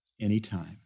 anytime